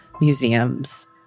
museums